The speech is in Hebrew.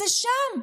זה שם.